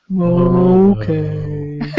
okay